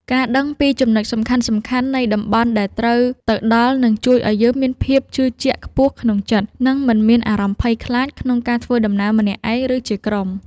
ការដឹងពីចំណុចសំខាន់ៗនៃតំបន់ដែលត្រូវទៅដល់នឹងជួយឱ្យយើងមានភាពជឿជាក់ខ្ពស់ក្នុងចិត្ត និង មិនមានអារម្មណ៍ភ័យខ្លាចក្នុងការធ្វើដំណើរម្នាក់ឯងឬជាក្រុម។